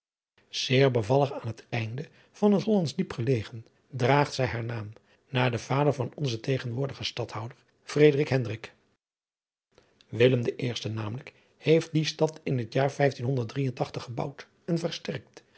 bevallig aan het einde van het hollandsch diep gelegen draagt zij haar naam naar den vader van onzen tegenwoordigen stadhouder fredrik hendrik willem de eerste namelijk heeft die stad in het jaar gebouwd en versterkt